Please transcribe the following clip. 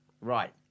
right